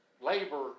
Labor